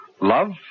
Love